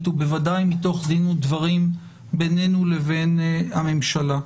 ובוודאי מתוך דין ודברים בינינו לבין הממשלה.